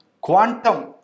Quantum